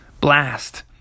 blast